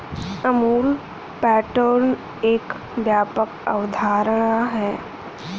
Amul pattern एक व्यापक अवधारणा है